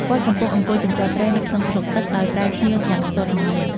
គាត់កំពុងអង្គុយជញ្ជាត់ត្រីនៅក្នុងថ្លុកទឹក ដោយប្រើឈ្នាងយ៉ាងស្ទាត់ជំនាញ។